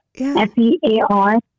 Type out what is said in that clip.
F-E-A-R